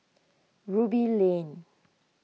Ruby Lane